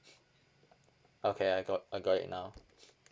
okay I got I got it now